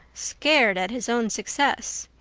scared at his own success.